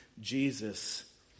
Jesus